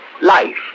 life